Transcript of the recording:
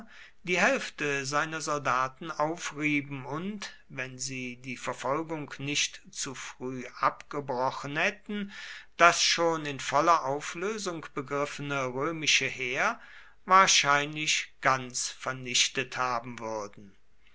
die hälfte seiner soldaten aufrieben und wenn sie die verfolgung nicht zu früh abgebrochen hätten das schon in voller auflösung begriffene römische heer wahrscheinlich ganz vernichtet haben würden